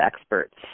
experts